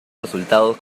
resultados